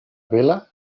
vila